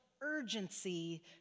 urgency